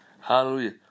Hallelujah